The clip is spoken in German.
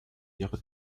ihre